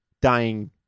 dying